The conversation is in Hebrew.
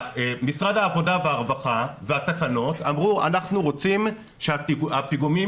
משרד העבודה והרווחה והתקנות אמרו: אנחנו רוצים שהפיגומים